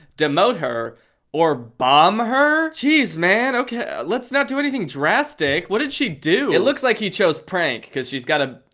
demote her or bomb her? geez man, let's not do anything drastic! what did she do? it looks like he chose prank cause she's got a